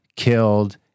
killed